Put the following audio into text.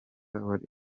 wari